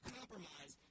compromise